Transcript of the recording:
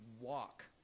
walk